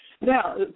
Now